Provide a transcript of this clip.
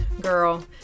Girl